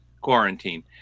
quarantine